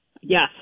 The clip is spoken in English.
Yes